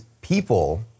people